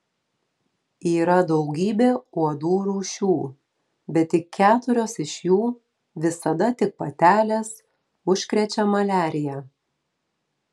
yra daugybė uodų rūšių bet tik keturios iš jų visada tik patelės užkrečia maliarija